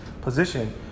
position